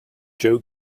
joe